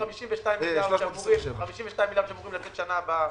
מינוס 52 מיליארד שקל שאמורים לצאת לשנה הבאה.